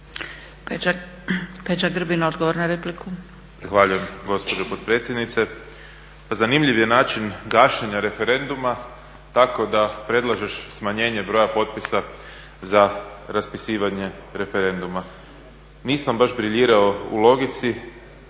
Peđa (SDP)** Zahvaljujem gospođo potpredsjednice. Pa zanimljiv je način gašenja referenduma tako da predlažeš smanjenje broja potpisa za raspisivanje referenduma. Nisam baš briljirao u logici